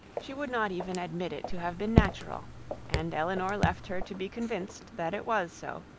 she would not even admit it to have been natural and elinor left her to be convinced that it was so,